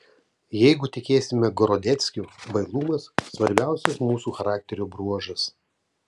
jeigu tikėsime gorodeckiu bailumas svarbiausias mūsų charakterio bruožas